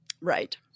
Right